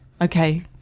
Okay